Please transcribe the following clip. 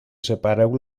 separeu